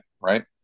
right